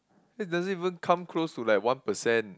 that doesn't even come close to like one percent